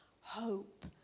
hope